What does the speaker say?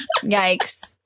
Yikes